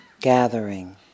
gathering